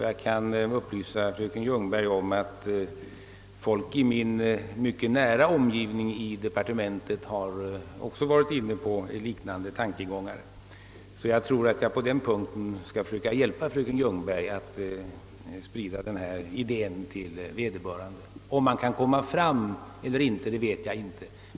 Jag kan upp lysa fröken Ljungberg om att personer i min mycket nära omgivning inom departementet varit inne på liknande tankegångar och jag tror som sagt att jag kan hjälpa fröken Ljungberg att sprida denna idé. Huruvida vägen är framkomlig vet jag inte.